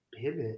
pivot